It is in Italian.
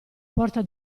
porta